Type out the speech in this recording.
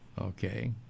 Okay